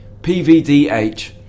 PVDH